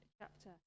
chapter